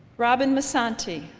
robin musante,